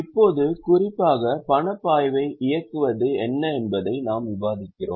இப்போது குறிப்பாக பனப்பாய்வை இயக்குவது என்ன என்பதை நாம் விவாதிக்கிறோம்